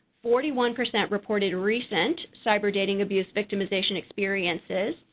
forty one percent reported recent cyber dating abuse victimization experiences,